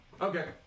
Okay